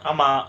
ஆமா:aama